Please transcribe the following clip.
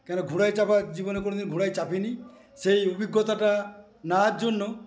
কেন ঘোড়ায় চাপা জীবনে কোনো দিন ঘোড়ায় চাপি নি সে অভিজ্ঞতাটা নেওয়ার জন্য